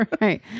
Right